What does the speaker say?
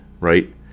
right